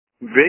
Big